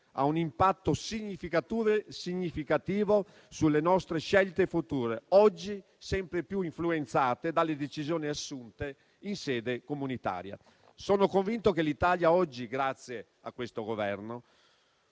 ha un impatto significativo sulle nostre scelte future, oggi sempre più influenzate dalle decisioni assunte in sede comunitaria. Sono convinto che l'Italia oggi, grazie a questo Governo,